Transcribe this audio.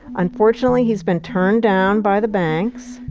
unfortunately, he's been turned down by the banks.